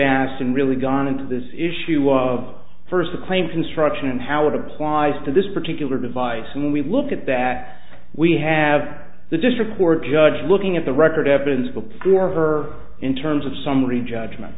bastian really gone into this issue of first a claim construction and how it applies to this particular device when we look at that we have the district court judge looking at the record evidence before ever in terms of summary judgment